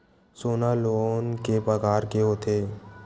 सोना लोन के प्रकार के होथे?